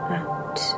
out